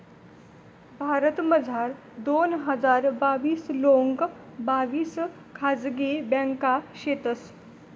भारतमझार दोन हजार बाविस लोंग बाविस खाजगी ब्यांका शेतंस